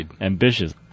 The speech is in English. ambitious